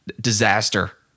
disaster